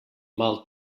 mal